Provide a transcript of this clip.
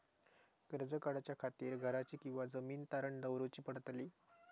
कर्ज काढच्या खातीर घराची किंवा जमीन तारण दवरूची पडतली?